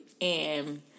and-